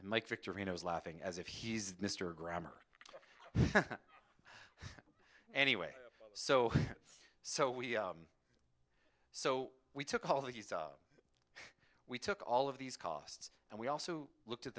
and like victory and i was laughing as if he's mr grammer anyway so so we so we took all these we took all of these costs and we also looked at